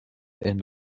and